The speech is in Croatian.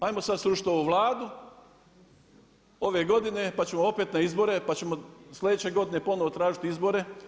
Hajmo sad srušiti ovu Vladu ove godine pa ćemo opet na izbore, pa ćemo sljedeće godine ponovno tražiti izbore.